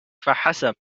فحسب